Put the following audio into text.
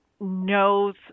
knows